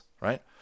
right